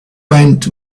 went